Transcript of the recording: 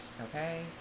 okay